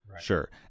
sure